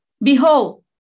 Behold